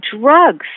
drugs